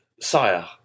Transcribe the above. Sire